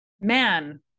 man